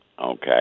Okay